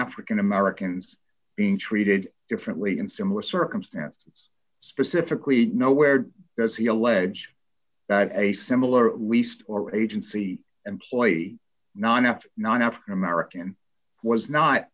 african americans being treated differently in similar circumstances specifically nowhere d as he alleged that a similar least or agency employee non empty not african american was not